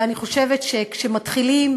ואני חושבת שכאשר מתחילים